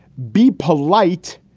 be polite.